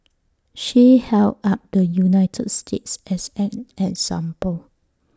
she held up the united states as an example